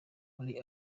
muri